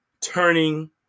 turning